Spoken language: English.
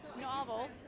novel